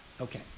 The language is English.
Okay